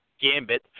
gambit